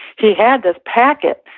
he had this packet,